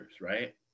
right